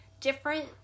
different